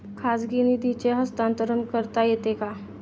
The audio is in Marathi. खाजगी निधीचे हस्तांतरण करता येते का?